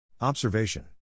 Observation